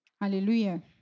Hallelujah